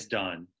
done